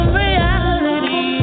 reality